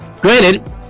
Granted